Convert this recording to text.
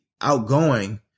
outgoing